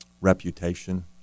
reputation